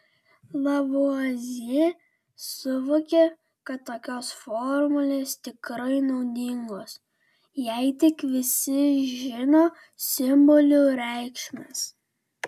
lavuazjė suvokė kad tokios formulės tikrai naudingos jei tik visi žino simbolių reikšmes